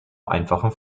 einfachen